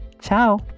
Ciao